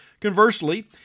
Conversely